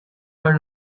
her